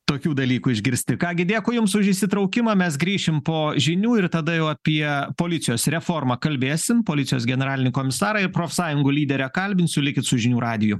tokių dalykų išgirsti ką gi dėkui jums už įsitraukimą mes grįšim po žinių ir tada jau apie policijos reformą kalbėsim policijos generalinį komisarą ir profsąjungų lyderę kalbinsiu likit su žinių radiju